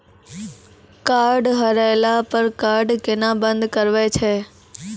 Card हेरैला पर card केना बंद करबै छै?